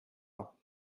all